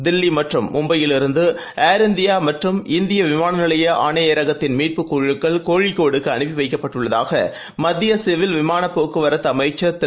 தில்லி மற்றும் மும்பையிலிருந்து Air India மற்றும் இந்திய விமான நிலைய ஆணையரகத்தின் மீட்புக்குழுக்கள் கோழிக்கோடுக்கு அனுப்பி வைக்கப்பட்டுள்ளதாக மத்திய சிவில் விமான போக்குவரத்து அமைச்சர் திரு